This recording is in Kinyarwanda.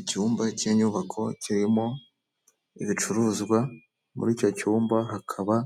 Icyumba cy'inyubako kirimo ibicuruzwa, muri icyo cyumba hakaba